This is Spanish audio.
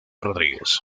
rodríguez